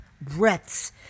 breaths